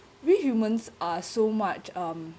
we humans are so much um